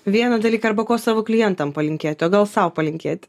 vieną dalyką arba ko savo klientam palinkėtio gal sau palinkėti